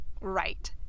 right